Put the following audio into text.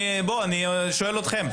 אני שואל אתכם.